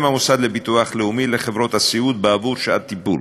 המוסד לביטוח לאומי לחברות הסיעוד בעבור שעת טיפול.